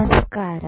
നമസ്കാരം